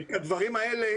הדברים האלה,